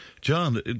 John